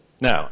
Now